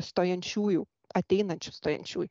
stojančiųjų ateinančių stojančiųjų